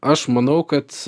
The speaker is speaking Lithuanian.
aš manau kad